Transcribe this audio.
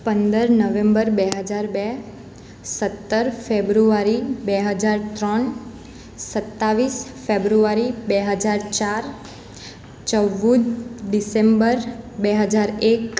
પંદર નવેમ્બર બે હજાર બે સત્તર ફેબ્રુઆરી બે હજાર ત્રણ સત્યાવીસ ફેબ્રુવારી બે હજાર ચાર ચૌદ ડીસેમ્બર બે હજાર એક